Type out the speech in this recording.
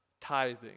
Tithing